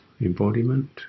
embodiment